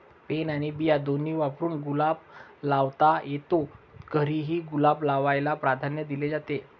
pen आणि बिया दोन्ही वापरून गुलाब लावता येतो, घरीही गुलाब लावायला प्राधान्य दिले जाते